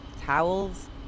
towels